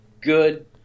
good